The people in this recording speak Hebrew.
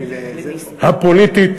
הפוליטית,